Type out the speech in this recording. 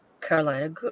Carolina